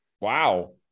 wow